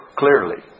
clearly